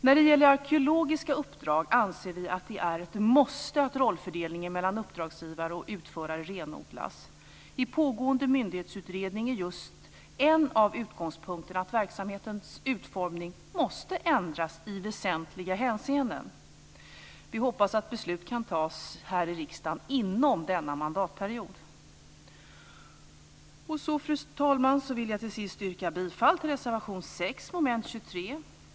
När det gäller arkeologiska uppdrag anser vi att det är ett måste att rollfördelningen mellan uppdragsgivare och utförare renodlas. I pågående myndighetsutredning är just en av utgångspunkterna att verksamhetens utformning måste ändras i väsentliga hänseenden. Vi hoppas att beslut kan fattas här i riksdagen inom denna mandatperiod. Till sist, fru talman, vill jag yrka bifall till reservation 6 under mom. 23.